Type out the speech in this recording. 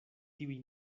tiuj